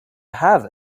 have